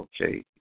okay